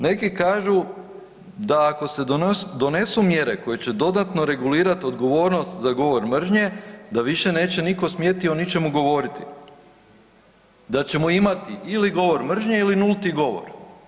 Neki kažu da ako se donesu mjere koje će dodatno regulirati odgovornost za govor mržnje da više neće niko smjeti o ničemu govoriti, da ćemo imati ili govor mržnje ili nulti govor.